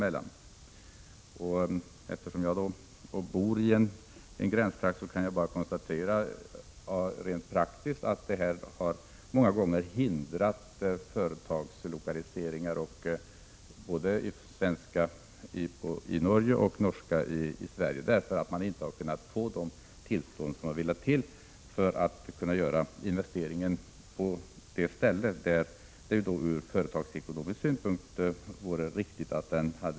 Eftersom jag bor nära gränsen till Norge kan jag konstatera att valutaregleringen många gånger har hindrat företagslokaliseringar — både svenska i Norge och norska i Sverige — på grund av att man inte har kunnat få de tillstånd som man har behövt för att göra investeringar på det ställe där det ur företagsekonomisk synpunkt hade varit riktigt.